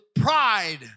pride